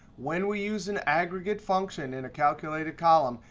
when we use an aggregate function in a calculated column,